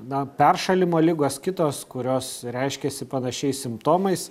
na peršalimo ligos kitos kurios reiškiasi panašiais simptomais